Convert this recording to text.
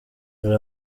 dore